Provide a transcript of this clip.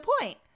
point